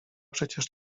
przecież